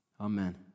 Amen